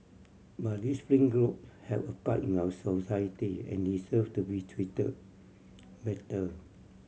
but these fringe group have a part in our society and deserve to be treated better